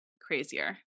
crazier